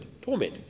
torment